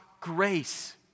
grace